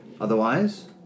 Otherwise